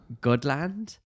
Godland